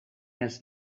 els